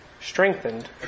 strengthened